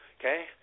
Okay